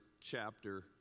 chapter